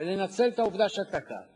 ואכן מונה כונס מפעיל למפעל.